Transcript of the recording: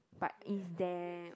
but is damn